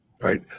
right